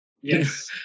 Yes